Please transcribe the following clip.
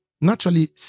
naturally